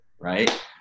right